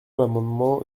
l’amendement